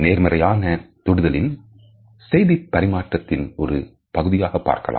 நேர்மறையான தொடுதலின் செய்திப் பரிமாற்றத்தின் ஒரு பகுதியாக பார்க்கலாம்